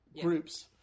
groups